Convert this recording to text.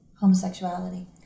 homosexuality